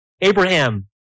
Abraham